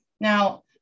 Now